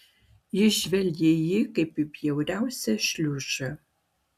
ji žvelgė į jį kaip į bjauriausią šliužą